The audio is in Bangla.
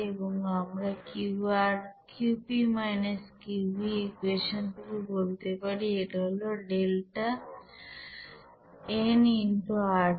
এবং আমরা Qp - Qv ইকুয়েশন থেকে বলতে পারি এটা হল ডেল্টা n x RT